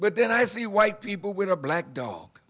but then i see white people with a black dog